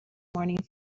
morning